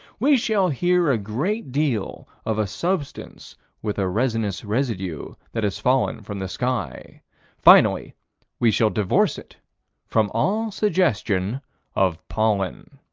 we shall hear a great deal of a substance with a resinous residue that has fallen from the sky finally we shall divorce it from all suggestion of pollen.